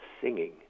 singing